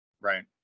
Right